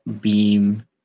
beam